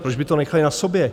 Proč by to nechali na sobě?